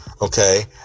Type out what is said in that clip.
Okay